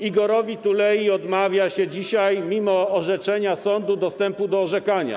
Igorowi Tuleyi odmawia się dzisiaj, mimo orzeczenia sądu, dostępu do orzekania.